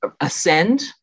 ascend